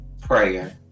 prayer